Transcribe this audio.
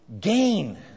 Gain